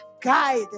guide